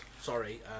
sorry